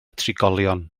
trigolion